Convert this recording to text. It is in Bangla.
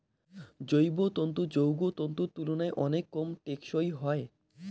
জৈব তন্তু যৌগ তন্তুর তুলনায় অনেক কম টেঁকসই হয়